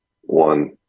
one